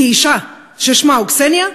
כאישה ששמה הוא קסניה,